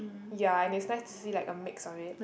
ya and is nice to see like a mix of it